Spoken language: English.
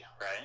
right